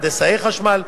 הנדסאי חשמל,